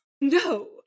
No